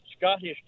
Scottish